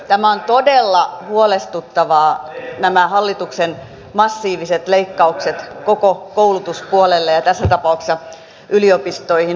tämä on todella huolestuttavaa ei nämä hallituksen massiiviset leikkaukset koko koulutuspuolelle ja tässä tapauksessa yliopistoihin ovat todella huolestuttavia